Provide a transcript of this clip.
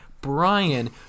Brian